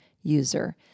user